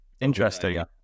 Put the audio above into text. interesting